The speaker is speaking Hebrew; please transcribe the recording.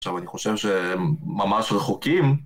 עכשיו, אני חושב שהם ממש רחוקים.